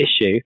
issue